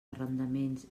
arrendaments